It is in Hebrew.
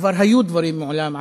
כבר היו דברים מעולם,